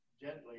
gently